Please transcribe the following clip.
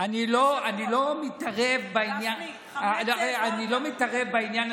אני לא מתערב בעניין, גפני, חמץ העברת לפני שבוע.